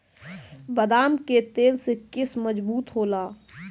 बदाम के तेल से केस मजबूत होला